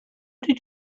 did